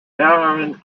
mehreren